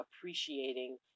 appreciating